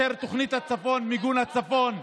בתוכנית למיגון הצפון,